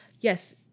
yes